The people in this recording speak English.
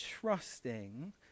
trusting